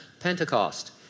Pentecost